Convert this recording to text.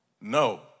no